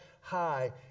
high